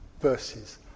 verses